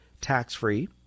tax-free